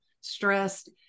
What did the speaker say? stressed